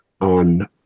on